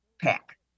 pack